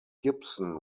gibson